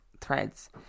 threads